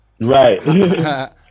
Right